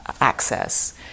access